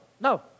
no